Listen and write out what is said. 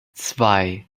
zwei